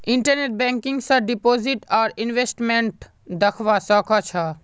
internet banking स deposit आर investment दख्वा स ख छ